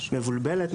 מבלבלת,